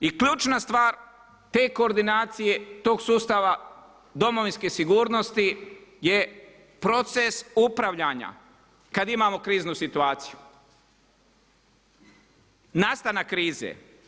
I ključna stvar, te koordinacija, tog sustava domovinske sigurnosti je proces upravljanja, kada imamo kriznu situaciju, nastanak krize.